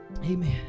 Amen